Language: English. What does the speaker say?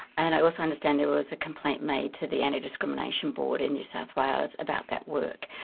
and i also understand there was a complaint made to the anti-discrimination board in new south wales about that work.